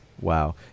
wow